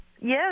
Yes